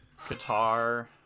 Qatar